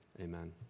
Amen